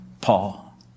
Paul